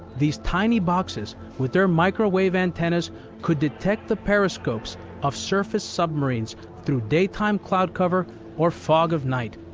these tiny boxes with their microwave antennas could detect the periscopes of surface submarines through daytime cloud cover or fog of night.